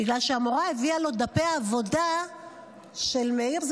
בגלל שהמורה הביאה לו דפי עבודה של מאיר,